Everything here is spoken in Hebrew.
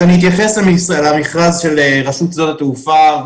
אני אתייחס למכרז של רשות שדות התעופה.